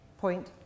point